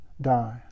die